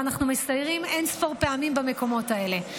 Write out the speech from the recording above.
ואנחנו מסיירים אין-ספור פעמים במקומות האלה.